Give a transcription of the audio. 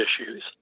issues